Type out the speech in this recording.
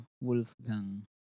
Wolfgang